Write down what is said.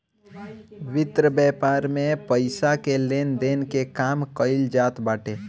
वित्त व्यापार में पईसा के लेन देन के काम कईल जात बाटे